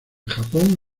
japón